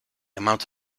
amount